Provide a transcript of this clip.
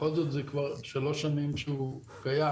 בכל זאת זה כבר שלוש שנים שהוא קיים.